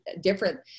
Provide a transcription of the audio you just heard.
different